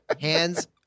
hands